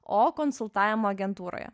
o konsultavimo agentūroje